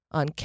on